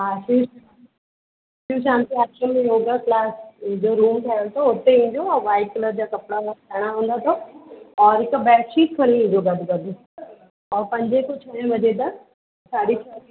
हा शिव शिव शांति आश्रम में yoga class जो रूम ठहियल अथव उते अचिजो ऐं वाईट कलर जा कपिड़ा पाएणा हुंदा अथव और हिक बैडशीट खणी अचिजो गॾु ऐं पंजे खां छहें वजे तक साढी छह बि